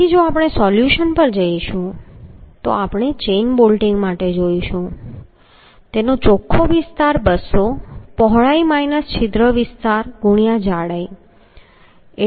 તેથી જો આપણે સોલ્યુશન પર જઈશું તો આપણે ચેઈન બોલ્ટિંગ માટે જોઈશું ચોખ્ખો વિસ્તાર 200 પહોળાઈ માઈનસ છિદ્ર વિસ્તાર ગુણ્યાં જાડાઈ